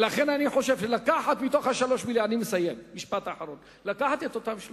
לכן אני חושב שצריך לקחת את אותם 3